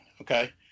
okay